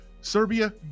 Serbia